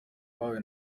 bahawe